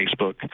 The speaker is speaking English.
Facebook